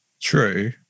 True